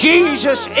Jesus